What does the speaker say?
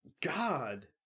God